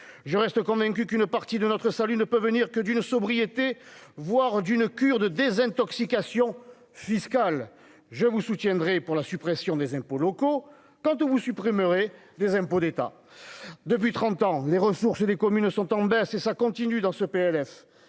je reste convaincu qu'une partie de notre salut ne peut venir que d'une sobriété, voire d'une cure de désintoxication fiscale je vous soutiendrai pour la suppression des impôts locaux, quand on vous supprimerez des impôts d'État depuis 30 ans, les ressources des communes sont en baisse, et ça continue dans ce PLF